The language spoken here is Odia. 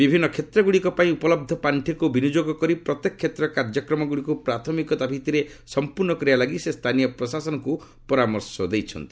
ବିଭିନ୍ନ କ୍ଷେତ୍ରଗୁଡିକ ପାଇଁ ଉପଲହ୍ଧ ପାର୍ଷିକୁ ବିନିଯୋଗ କରି ପ୍ରତ୍ୟେକ କ୍ଷେତ୍ରର କାର୍ଯ୍ୟକ୍ରମଗୁଡିକୁ ପ୍ରାଥମିକତା ଭିତରେ ସମ୍ପୂର୍ଣ୍ଣ କରିବା ପାଇଁ ସେ ସ୍ଥାନୀୟ ପ୍ରଶାସନକୁ ପରାମର୍ଶ ଦେଇଛି